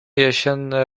jesienne